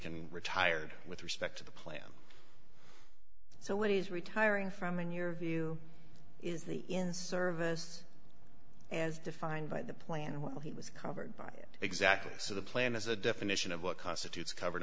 meekin retired with respect to the plan so what he is retiring from in your view is the in service as defined by the plan while he was covered by it exactly so the plan is a definition of what constitutes covered